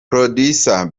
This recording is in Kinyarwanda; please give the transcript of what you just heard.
producer